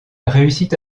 réussit